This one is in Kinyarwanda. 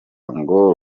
ngo